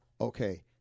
okay